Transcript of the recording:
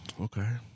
okay